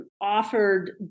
offered